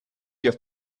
your